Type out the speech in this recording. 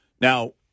Now